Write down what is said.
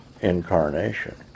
incarnation